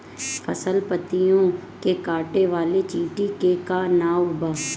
फसल पतियो के काटे वाले चिटि के का नाव बा?